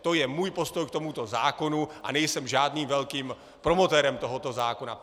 To je můj postoj k tomuto zákonu, a nejsem žádným velkým promotérem tohoto zákona.